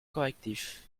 correctif